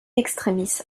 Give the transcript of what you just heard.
extremis